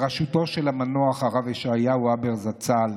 המנוח הרב ישעיהו הבר זצ"ל,